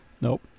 Nope